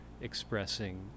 expressing